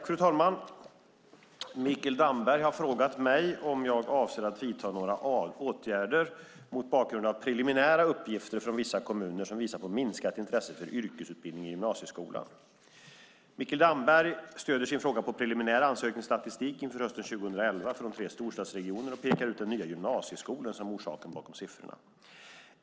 Fru talman! Mikael Damberg har frågat mig om jag avser att vidta några åtgärder mot bakgrund av preliminära uppgifter från vissa kommuner som visar på minskat intresse för yrkesutbildning i gymnasieskolan. Mikael Damberg stöder sin fråga på preliminär ansökningsstatistik inför hösten 2011 från tre storstadsregioner och pekar ut den nya gymnasieskolan som orsaken bakom siffrorna.